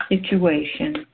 situation